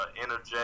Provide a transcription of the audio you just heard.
energetic